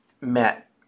met